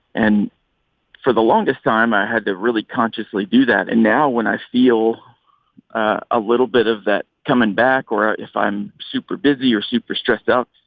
and for the longest time, i had to really consciously do that. and now when i feel a little bit of that coming back, or if i'm super busy or super stressed out,